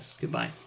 goodbye